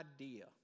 idea